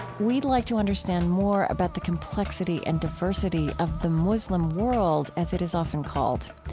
we'd like to understand more about the complexity and diversity of the muslim world as it is often called.